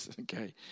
Okay